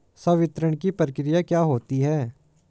संवितरण की प्रक्रिया क्या होती है?